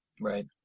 Right